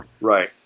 Right